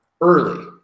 early